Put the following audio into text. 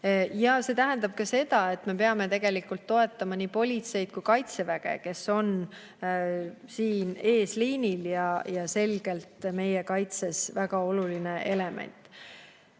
Ja see tähendab ka seda, et me peame toetama nii politseid kui kaitseväge, kes on eesliinil ja selgelt meie kaitses väga oluline element.